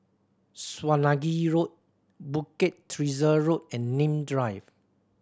Swanage Road Bukit Teresa Road and Nim Drive